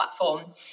platform